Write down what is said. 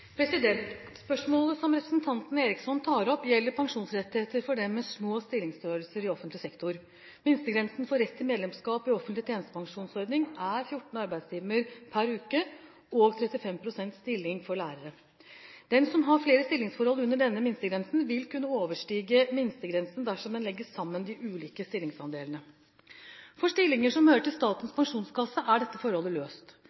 Spørsmålet som representanten Eriksson tar opp, gjelder pensjonsrettigheter for dem med små stillingsstørrelser i offentlig sektor. Minstegrensen for rett til medlemskap i offentlig tjenestepensjonsordning er 14 arbeidstimer per uke og 35 pst. stilling for lærere. Den som har flere stillingsforhold under denne minstegrensen, vil kunne overstige minstegrensen dersom en legger sammen de ulike stillingsandelene. For stillinger som hører til Statens pensjonskasse, er dette forholdet løst.